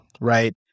right